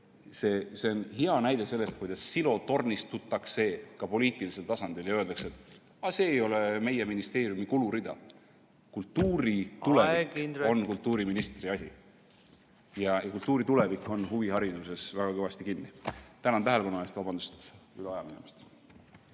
See on hea näide sellest, kuidas silotornistutakse ka poliitilisel tasandil ja öeldakse, et see ei ole meie ministeeriumi kulurida. Kultuuri tulevik on kultuuriministri asi. Kultuuri tulevik on huvihariduses väga kõvasti kinni. Tänan tähelepanu eest ja vabandust,